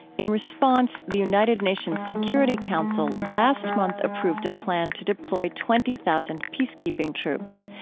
in response, the united nations security council last month approved a plan to deploy twenty thousand peacekeeping troops,